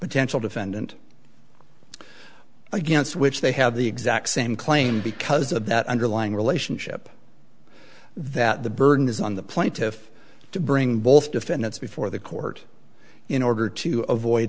potential defendant against which they have the exact same claim because of that underlying relationship that the burden is on the plaintiff to bring both defendants before the court in order to avoid